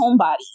homebody